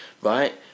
right